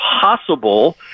possible